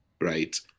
Right